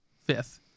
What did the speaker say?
fifth